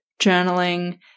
journaling